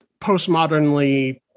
postmodernly